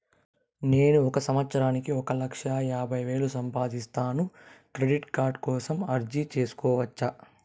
నేను ఒక సంవత్సరానికి ఒక లక్ష యాభై వేలు సంపాదిస్తాను, క్రెడిట్ కార్డు కోసం అర్జీ సేసుకోవచ్చా?